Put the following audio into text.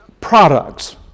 products